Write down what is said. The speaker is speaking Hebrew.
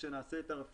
כאשר נעשה את הרפורמה,